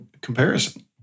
comparison